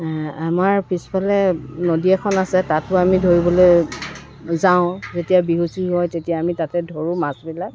আমাৰ পিছফালে নদী এখন আছে তাতো আমি ধৰিবলৈ যাওঁ যেতিয়া বিহু চিহু হয় তেতিয়া আমি তাতে ধৰোঁ মাছবিলাক